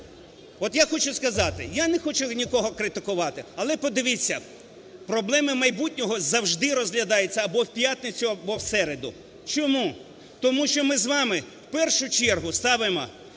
От я хочу сказати, я не хочу нікого критикувати, але подивіться, проблеми майбутнього завжди розглядаються або в п'ятницю, або в середу. Чому? Тому що ми з вами в першу чергу ставимо